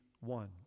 one